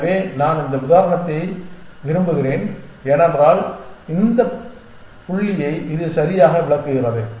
எனவே நான் இந்த உதாரணத்தை விரும்புகிறேன் ஏனென்றால் இது இந்த புள்ளியை சரியாக விளக்குகிறது